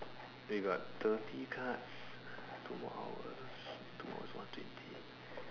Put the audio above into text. we got thirty cards two more hours